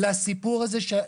היא לא תיתן מענה לסיפור הזה,